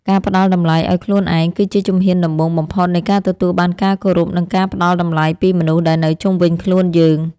ការផ្ដល់តម្លៃឱ្យខ្លួនឯងគឺជាជំហានដំបូងបំផុតនៃការទទួលបានការគោរពនិងការផ្ដល់តម្លៃពីមនុស្សដែលនៅជុំវិញខ្លួនយើង។